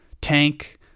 tank